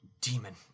Demon